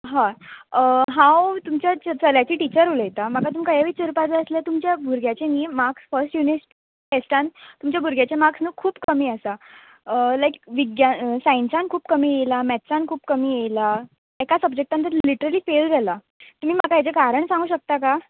हय हांव तुमच्या च चल्याची टिचर उलयतां म्हाका तुमकां हें विचारपा जाय आसलें तुमच्या भुरग्याचे न्ही माक्स फस्ट युनीट टॅस्टान तुमच्या भुरग्याचे माक्स न्हू खूब कमी आसा लायक विग्या सायन्सान खूब कमी येयला मॅत्सान खूब कमी येयला एका सब्जॅक्टान तर लिट्रली फेल जाला तुमी म्हाका हेजें कारण सांगूं शकता का